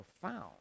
profound